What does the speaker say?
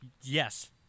Yes